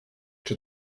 czy